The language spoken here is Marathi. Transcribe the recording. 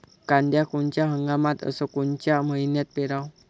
कांद्या कोनच्या हंगामात अस कोनच्या मईन्यात पेरावं?